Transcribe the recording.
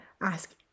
ask